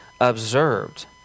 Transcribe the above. observed